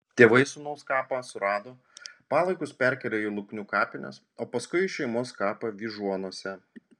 tėvai sūnaus kapą surado palaikus perkėlė į luknių kapines o paskui į šeimos kapą vyžuonose